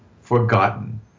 forgotten